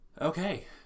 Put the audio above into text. Okay